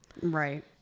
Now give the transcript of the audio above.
Right